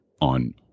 on